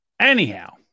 Anyhow